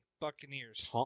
Buccaneers